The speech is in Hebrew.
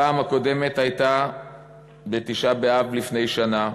הפעם הקודמת הייתה בתשעה באב לפני שנה.